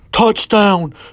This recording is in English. Touchdown